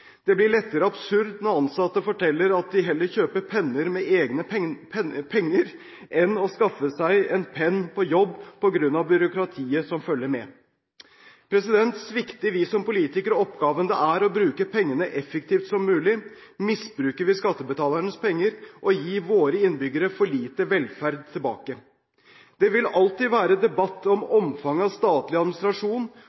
Det blir lettere absurd når ansatte forteller at de heller kjøper penner med egne penger enn å skaffe seg en penn på jobb på grunn av byråkratiet som følger med. Svikter vi som politikere oppgaven det er å bruke pengene så effektivt som mulig, misbruker vi skattebetalernes penger og gir våre innbyggere for lite velferd tilbake. Det vil alltid være debatt om